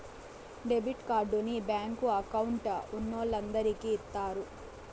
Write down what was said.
debit కార్డుని bank account ఉన్నోలందరికి ఇత్తారు